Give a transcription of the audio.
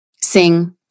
Sing